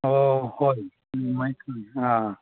ꯑꯣ ꯍꯣꯏ ꯎꯝ ꯑꯗꯨꯃꯥꯏ ꯇꯧꯁꯤ ꯑꯥ